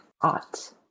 art